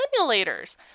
simulators